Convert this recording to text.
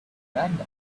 miranda